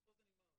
ופה זה נגמר.